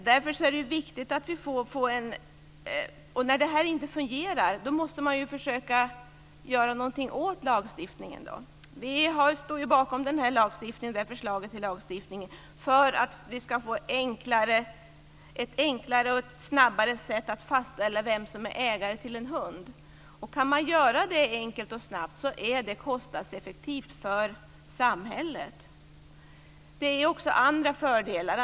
När lagstiftningen inte fungerar måste man försöka göra någonting åt den. Vi står bakom det här förslaget till lagstiftning för att det ska bli ett enklare och snabbare sätt att fastställa vem som är ägare till en hund. Kan man göra det enkelt och snabbt, är det kostnadseffektivt för samhället. Det finns också andra fördelar med förslaget.